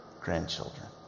grandchildren